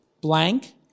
blank